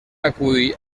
acull